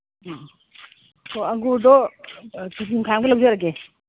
ꯑꯥ ꯍꯣꯏ ꯑꯪꯒꯨꯔꯗꯣ ꯀꯦ ꯖꯤ ꯃꯈꯥꯏꯑꯝꯒ ꯂꯧꯖꯔꯒꯦ